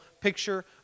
picture